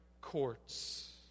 courts